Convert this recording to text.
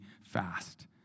fast